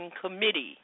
Committee